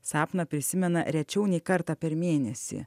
sapną prisimena rečiau nei kartą per mėnesį